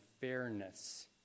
fairness